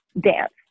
dance